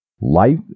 Life